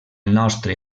nostre